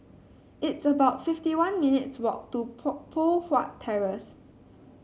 it's about fifty one minutes' walk to Pot Poh Huat Terrace